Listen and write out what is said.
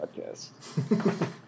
podcast